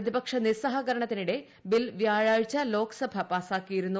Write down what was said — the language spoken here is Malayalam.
പ്രതിപക്ഷ നിസ്സഹകരണത്തിനിടെ ബിൽ വ്യാഴാഴ്ച ലോക്സഭ പാസാക്കിയിരുന്നു